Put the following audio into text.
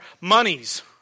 monies